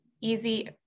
easy